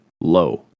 low